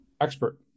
expert